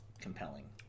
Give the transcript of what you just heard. compelling